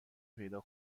پیدا